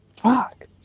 Fuck